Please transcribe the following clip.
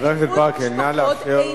חבר הכנסת ברכה, נא לאפשר לגברת לסיים.